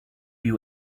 you